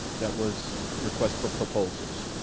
that was request for proposals.